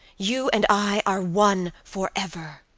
you and i are one for ever.